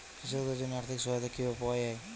কৃষকদের জন্য আর্থিক সহায়তা কিভাবে পাওয়া য়ায়?